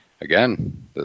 again